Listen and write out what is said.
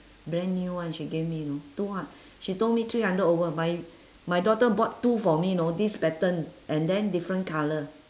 brand new one she gave me you know two hu~ she told me three hundred over my my daughter bought two for me know this pattern and then different colour